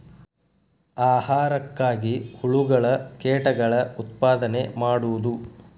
ಆಹಾರಕ್ಕಾಗಿ ಹುಳುಗಳ ಕೇಟಗಳ ಉತ್ಪಾದನೆ ಮಾಡುದು